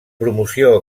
promoció